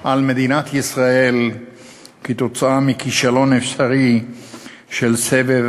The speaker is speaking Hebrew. על מדינת ישראל כתוצאה מכישלון אפשרי של סבב